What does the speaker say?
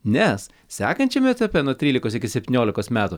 nes sekančiame etape nuo trylikos iki septyniolikos metų